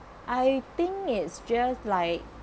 I think it's just like